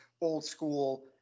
old-school